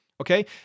Okay